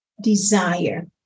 desire